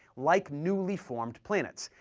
like newly formed planets,